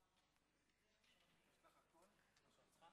חברי הכנסת,